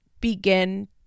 begin